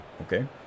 okay